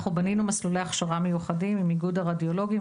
אנחנו בנינו מסלולי הכשרה מיוחדים עם איגוד הרדיולוגים,